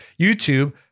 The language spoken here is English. YouTube